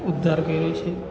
ઉદ્ધાર કરે છે